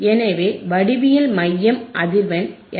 எனவே வடிவியல் மையம் அதிர்வெண் எஃப்